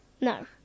No